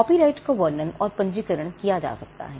copyright का वर्णन और पंजीकरण किया जा सकता है